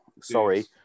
Sorry